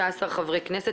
התשע"ט-2019 (מ/1289)